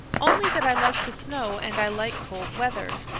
only that i like the snow and i like cold weather.